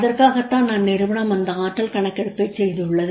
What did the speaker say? அதற்காகத் தான் அந்நிறுவனம் இந்த ஆற்றல் கணக்கெடுப்பைச் செய்துள்ளது